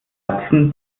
erbsen